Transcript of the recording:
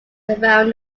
around